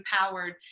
empowered